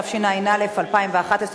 התשע"א 2011,